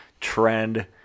trend